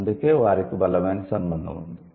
అందుకే వారికి బలమైన సంబంధం ఉంది